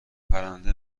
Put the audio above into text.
پرنده